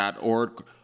org